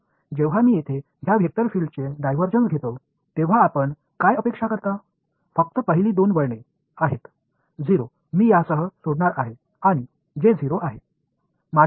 म्हणून जेव्हा मी येथे या वेक्टर फील्डचे डायव्हर्जन्स घेतो तेव्हा आपण काय अपेक्षा करता फक्त पहिली दोन वळणे आहेत 0 मी यासह सोडणार आहे आणि जे 0 आहे